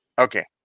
Okay